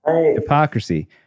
hypocrisy